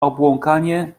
obłąkanie